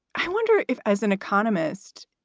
i wonder if as an economist,